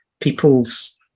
people's